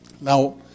Now